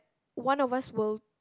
one of us will